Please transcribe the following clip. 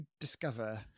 discover